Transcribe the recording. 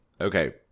Okay